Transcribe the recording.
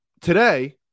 today